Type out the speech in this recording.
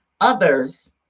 others